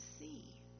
see